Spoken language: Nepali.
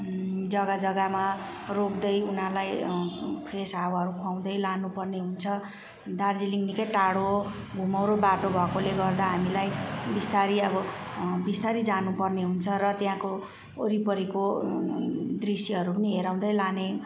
जग्गा जग्गामा रोक्दै उनीहरूलाई फ्रेस हावाहरू खुवाउँदै लानुपर्ने हुन्छ दार्जिलिङ निकै टाढो घुमाउरो बाटो भएकोले गर्दा हामीलाई बिस्तारै अब बिस्तारै जानुपर्ने हुन्छ र त्यहाँको वरिपरिको दृश्यहरू पनि हेराउँदै लाने